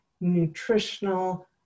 nutritional